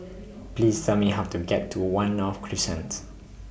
Please Tell Me How to get to one North Crescent